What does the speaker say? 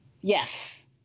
Yes